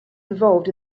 involved